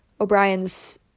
O'Brien's